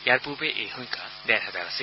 ইয়াৰ পূৰ্বে এই সংখ্যা ডেৰ হেজাৰ আছিল